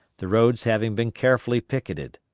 the roads having been carefully picketed.